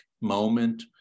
moment